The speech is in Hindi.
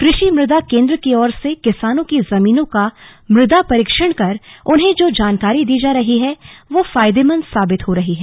कृषि मृदा केन्द्र की ओर से किसानों की जमीनों का मुदा परीक्षण कर उन्हें जो जानकारी दी जा रही है वो फायदेमंद साबित हो रहा है